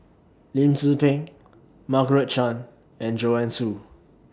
Lim Tze Peng Margaret Chan and Joanne Soo